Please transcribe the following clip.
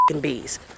bees